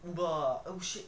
uber ah oh shit